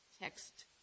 text